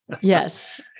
Yes